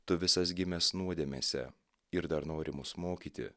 tu visas gimęs nuodėmėse ir dar nori mus mokyti